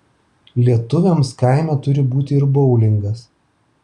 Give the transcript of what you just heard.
lietuviams kaime turi būti ir boulingas